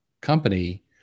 company